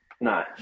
No